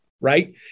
right